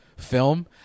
film